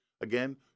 Again